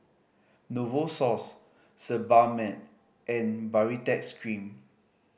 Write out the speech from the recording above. Novosource Sebamed and Baritex Cream